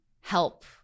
help